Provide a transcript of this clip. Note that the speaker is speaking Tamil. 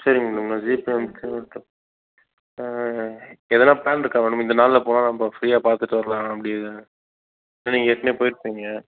சரிங்க மேடம் நான் ஜிபே அனுப்ச்சிவுடுறேன் எதன்னா பிளான் இருக்கா மேடம் இந்த நாளில் போனா நம்ப ஃப்ரீயாக பார்த்துட்டு வரலாம் அப்படின்னு ஏன்னா நீங்கள் ஏற்கனவே போயிருப்பிங்க